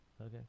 Okay